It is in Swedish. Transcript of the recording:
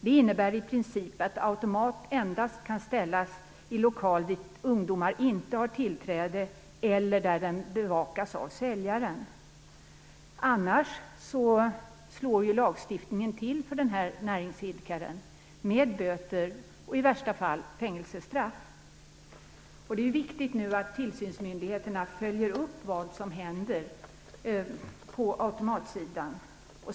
Det innebär i princip att automat endast kan ställas i lokal dit ungdomar inte har tillträde eller där den bevakas av säljaren. Annars slår lagstiftningen till mot näringsidkaren med böter och i värsta fall fängelsestraff. Det är viktigt att tillsynsmyndigheterna nu följer upp vad som händer på automatsidan.